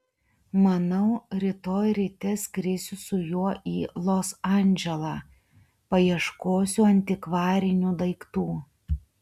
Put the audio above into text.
manau rytoj ryte skrisiu su juo į los andželą paieškosiu antikvarinių daiktų